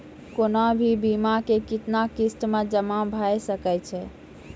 कोनो भी बीमा के कितना किस्त मे जमा भाय सके छै?